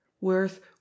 worth